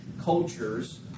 cultures